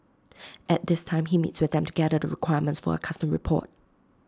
at this time he meets with them to gather the requirements for A custom report